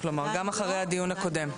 גם אחרי הדיון הקודם?